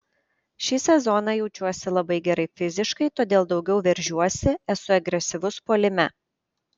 šį sezoną jaučiuosi labai gerai fiziškai todėl daugiau veržiuosi esu agresyvus puolime